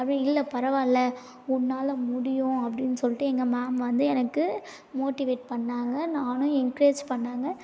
அப்புறம் இல்லை பரவாயில்ல உன்னால் முடியும் அப்படின்னு சொல்லிட்டு எங்கள் மேம் வந்து எனக்கு மோட்டிவேட் பண்ணாங்க நானும் என்கரேஜ் பண்ணாங்க